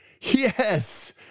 yes